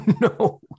no